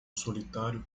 solitário